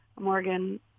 Morgan